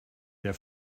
der